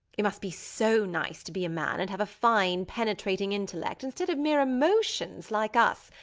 it must be so nice to be a man and have a fine penetrating intellect instead of mere emotions like us,